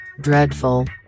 dreadful